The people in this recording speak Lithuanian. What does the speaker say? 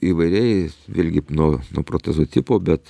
įvairiai vėlgi nuo nuo protezų tipo bet